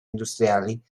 industriali